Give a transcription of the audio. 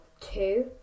two